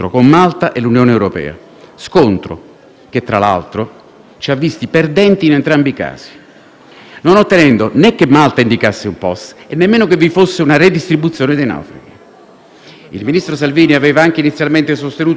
non ottenendo né che Malta indicasse un POS, né che vi fosse una redistribuzione dei naufraghi. Il ministro Salvini aveva anche inizialmente sostenuto la tesi che sulla nave italiana vi fossero fra in naufraghi presi a bordo possibili criminali o terroristi.